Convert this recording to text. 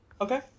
okay